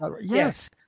yes